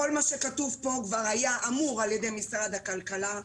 כל מה שכתוב פה כבר היה אמור על-ידי משרד הכלכלה.